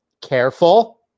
Careful